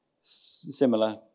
similar